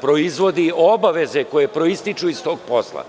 proizvode i obaveze koje proističu iz tog posla.